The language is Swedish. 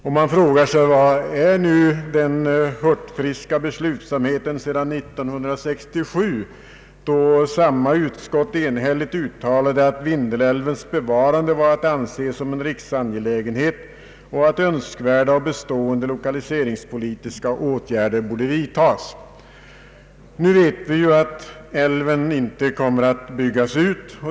Var är den hurtfriska beslutsamheten från år 1967, då samma utskott enhälligt uttalade att Vindelälvens bevarande var att anse som en riksangelägenhet och att önskvärda och bestående lokaliseringspolitiska åtgärder borde vidtas? Nu vet vi att älven inte kommer att byggas ut.